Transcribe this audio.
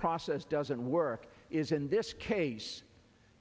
process doesn't work is in this case